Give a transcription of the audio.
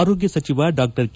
ಆರೋಗ್ಯ ಸಚಿವ ಡಾ ಕೆ